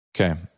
Okay